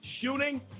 shooting